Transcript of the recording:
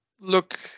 look